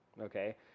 okay